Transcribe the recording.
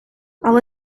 але